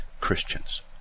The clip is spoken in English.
Christians